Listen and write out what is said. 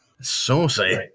saucy